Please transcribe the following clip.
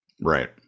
Right